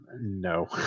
No